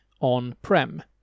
on-prem